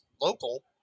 local